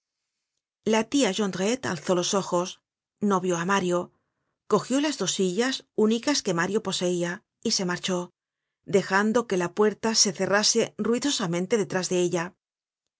la tia jondrette alzó los ojos no vió á mario cogió las dos sillas únicas que mario poseia y se marchó dejando que la puerta se cerrase ruidosamente detrás de ella